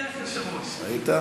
בכלל,